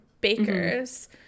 bakers